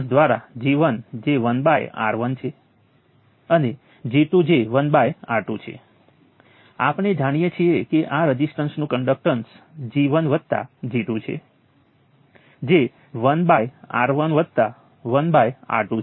તે પછીથી સ્પષ્ટ થશે કે આપણે આ સાથે શા માટે શરૂઆત કરીએ છીએ નોડલ એનાલિસિસ માટે આ સૌથી સરળ કેસ હોવાનું બહાર આવ્યું છે